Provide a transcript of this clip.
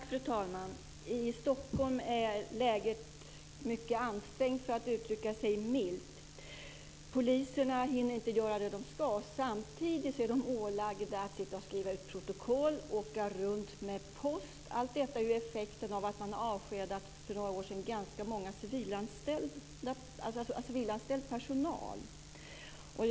Fru talman! I Stockholm är läget mycket ansträngt, för att uttrycka sig milt. Poliserna hinner inte göra det som de ska. Samtidigt är de ålagda att sitta och skriva ut protokoll och åka runt med post. Allt detta är effekten av att man för några år sedan har avskedat en stor del av den civilanställda personalen.